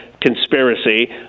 conspiracy